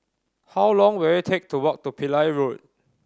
how long will it take to walk to Pillai Road